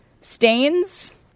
stains